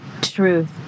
truth